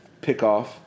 pickoff